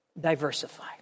Diversify